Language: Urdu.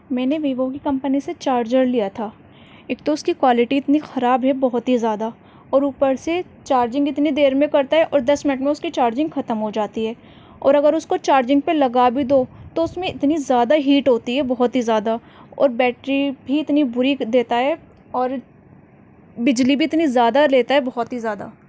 میں نے ویوو کی کمپنی سے چارجر لیا تھا ایک تو اس کی کوالیٹی اتنی خراب ہے بہت ہی زیادہ اور اوپر سے چارجنگ اتنی دیر میں کرتا ہے اور دس منٹ میں اس کی چارجنگ ختم ہو جاتی ہے اور اگر اس کو چارجنگ پہ لگا بھی دو تو اس میں اتنی زیادہ ہیٹ ہوتی ہے بہت ہی زیادہ اور بیٹری بھی اتنی بُری دیتا ہے اور بجلی بھی اتنی زیادہ لیتا ہے بہت ہی زیادہ